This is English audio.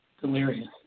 delirious